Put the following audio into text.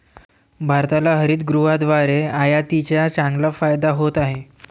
भारताला हरितगृहाद्वारे आयातीचा चांगला फायदा होत आहे